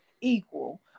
equal